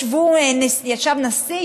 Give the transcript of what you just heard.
ישב נשיא,